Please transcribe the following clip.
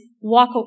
walk